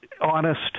honest